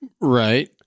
Right